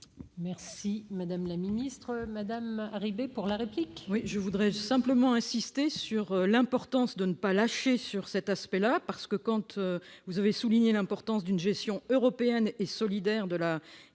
est à Mme Laurence Harribey, pour la réplique. Je voudrais simplement insister sur l'importance de ne pas lâcher sur cet aspect de la question. Vous avez souligné l'importance d'une gestion européenne et solidaire de la